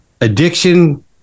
addiction